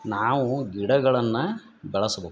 ನಾವು ಗಿಡಗಳನ್ನ ಬೆಳ್ಸ್ಬಕು